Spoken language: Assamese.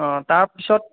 অঁ তাৰ পিছত